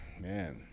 man